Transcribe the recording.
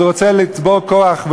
אז הוא רוצה לצבור כוח,